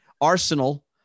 arsenal